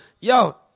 yo